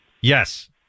Yes